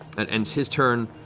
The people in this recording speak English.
and ends his turn.